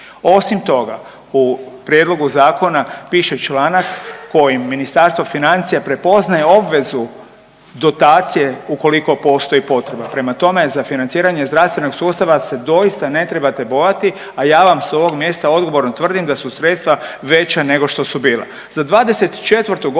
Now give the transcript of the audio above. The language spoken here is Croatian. Osim toga, u prijedlogu zakona piše članak kojim Ministarstvo financija prepoznaje obvezu dotacije ukoliko postoji potreba. Prema tome, za financiranje zdravstvenog sustava se doista ne trebate bojati, a ja vam s ovog mjesta odgovorno tvrdim da su sredstva veća nego što su bila.